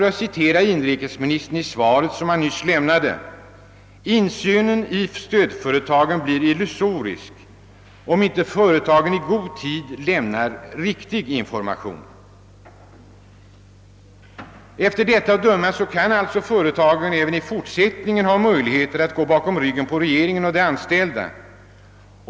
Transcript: Han säger att »insynen i stödföretagen blir illusorisk om inte företagen i god tid lämnar riktig information». Av detta uttalande att döma har alltså företagen i fortsättningen möjligheter att gå bakom ryggen på regeringen och de anställda.